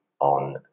on